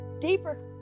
deeper